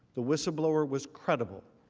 the whistleblower was credible,